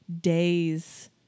days